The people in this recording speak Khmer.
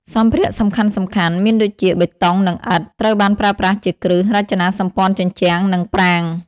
សម្ភារៈសំខាន់ៗមានដូចជា បេតុង និងឥដ្ឋ: ត្រូវបានប្រើប្រាស់ជាគ្រឹះ រចនាសម្ព័ន្ធជញ្ជាំង និងប្រាង្គ។